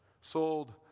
sold